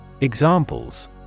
Examples